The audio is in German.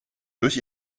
durch